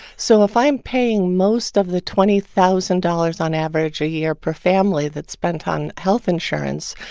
so if i'm paying most of the twenty thousand dollars on average a year per family that's spent on health insurance,